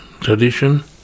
tradition